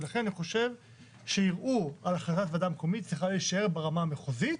לכן אני חושב שערעור על החלטת ועדה מקומית צריכה להישאר ברמה המחוזית,